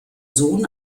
sohn